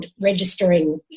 Registering